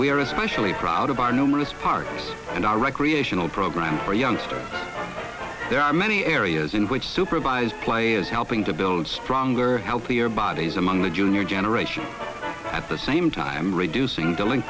are especially proud of our numerous parks and our recreational program for youngsters there are many areas in which supervised play is helping to build stronger healthier bodies among the junior jenner at the same time reducing delin